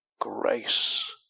grace